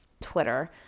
Twitter